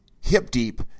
hip-deep